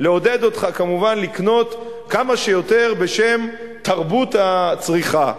רק לעודד אותך כמובן לקנות כמה שיותר בשם תרבות הצריכה.